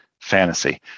fantasy